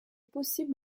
possible